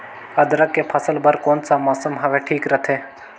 अदरक के फसल बार कोन सा मौसम हवे ठीक रथे?